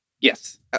Yes